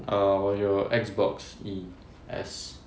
err 我有 Xbox 一 S